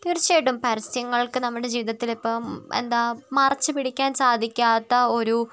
തീർച്ചയായിട്ടും പരസ്യങ്ങൾക്ക് നമ്മുടെ ജീവിതത്തിൽ ഇപ്പം എന്താ മറച്ചു പിടിക്കാൻ സാധിക്കാത്ത ഒരു